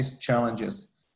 challenges